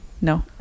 no